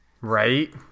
Right